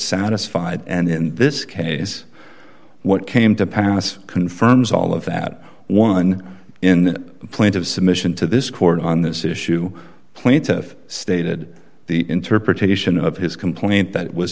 satisfied and in this case what came to pass confirms all of that one in the plaintive submission to this court on this issue plaintiff stated the interpretation of his complaint that was